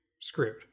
screwed